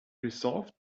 resolved